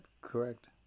correct